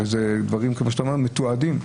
ודברים מתועדים.